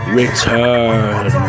return